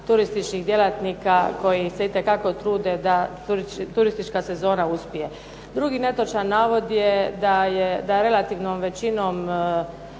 turističkih djelatnika koji se itekako trude da turistička sezona uspije. Drugi netočan navod je da relativnom većinom